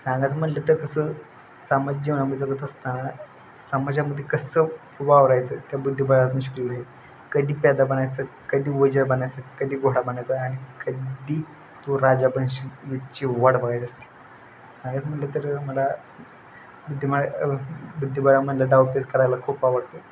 सांगायचं म्हणलं तर कसं समाज जीवनामध्ये जात असताना समाजामध्ये कसं वावरायचं त्या बुद्धिबळातनं शिकलेलं आहे कधी प्यादं बनायचं कधी वजीर बनायचं कधी घोडा बनायचं आणि कधी तो राजा पण शिक्षि वाट बघायचं असतं सांगायचं म्हणलं तर मला बुद्धिबळ बुद्धिबळामधला डावपेच करायला खूप आवडतो